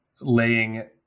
laying